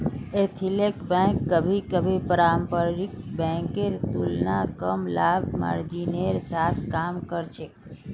ethical bank कभी कभी पारंपरिक बैंकेर तुलनात कम लाभ मार्जिनेर साथ काम कर छेक